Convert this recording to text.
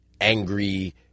angry